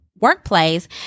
workplace